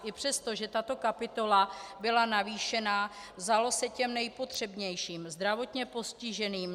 I přesto, že tato kapitola byla navýšena, vzalo se těm nejpotřebnějším zdravotně postiženým.